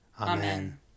Amen